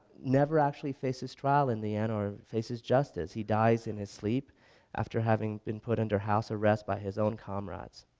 never actually faces trial in the end or faces justice, he dies in his sleep after having been put under house arrest by his own comrades.